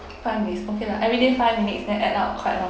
five minutes okay lah everyday five minutes then add up quite long